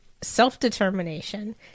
self-determination